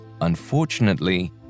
Unfortunately